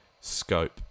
scope